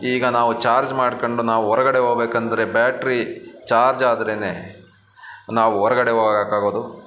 ಈಗ ನಾವು ಚಾರ್ಜ್ ಮಾಡ್ಕೊಂಡು ನಾವು ಹೊರಗಡೆ ಹೋಗ್ಬೇಕೆಂದ್ರೆ ಬ್ಯಾಟ್ರಿ ಚಾರ್ಜ್ ಆದ್ರೇನೆ ನಾವು ಹೊರ್ಗಡೆ ಹೋಗೋಕೆ ಆಗೋದು